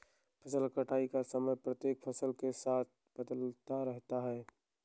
फसल कटाई का समय प्रत्येक फसल के साथ बदलता रहता है